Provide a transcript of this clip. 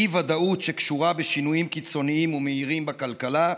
באי-ודאות שקשורה בשינויים קיצוניים ומהירים בכלכלה,